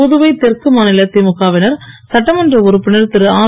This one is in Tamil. புதுவை தெற்கு மாநில திமுக வினர் சட்டமன்ற உறுப்பினர் திருஆர்